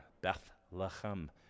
Bethlehem